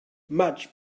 much